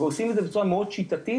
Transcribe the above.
עושים את זה בצורה מאוד שיטתית,